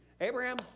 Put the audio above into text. Abraham